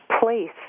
place